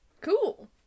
Cool